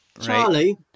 Charlie